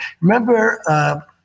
Remember